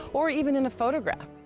or even in a photograph.